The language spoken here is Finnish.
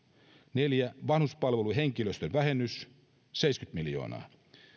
neljä vanhuspalveluhenkilöstön vähennys seitsemänkymmentä miljoonaa